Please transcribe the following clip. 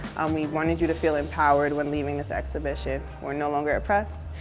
um we wanted you to feel empowered when leaving this exhibition. we're no longer oppressed.